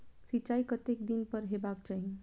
सिंचाई कतेक दिन पर हेबाक चाही?